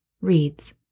reads